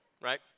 right